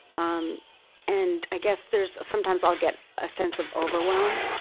um and i guess there's. sometimes i'll get a sense of overwhelm.